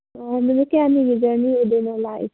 ꯑꯣ ꯅꯨꯃꯤꯠ ꯀꯌꯥꯅꯤꯒꯤ ꯖꯔꯅꯤ ꯑꯣꯏꯗꯣꯏꯅꯣ ꯂꯥꯛꯏ